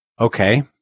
okay